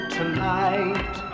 tonight